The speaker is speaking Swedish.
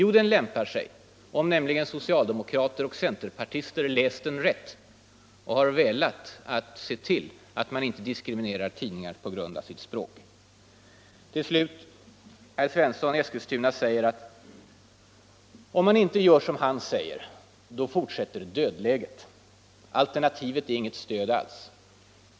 Jo, den lämpar sig - om socialdemokrater och centerpartister hade läst den rätt och hade velat se till, att man. inte diskriminerar tidningar på grund av deras språk. Till slut: Olle Svensson förklarar att om man inte gör som han säger fortsätter ”dödläget”. Alternativet är inget stöd alls.